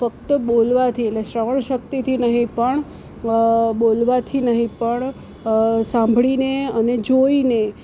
ફક્ત બોલવાથી એટલે શ્રવણ શક્તિથી નહીં પણ બોલવાથી નહીં પણ સાંભળીને અને જોઈને